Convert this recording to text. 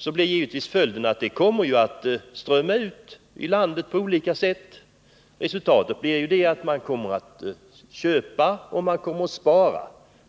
De pengar som upplånats kommer givetvis att på olika sätt strömma ut i landet, och resultatet blir att folk kommer att köpa och att de kommer att spara.